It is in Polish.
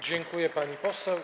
Dziękuję, pani poseł.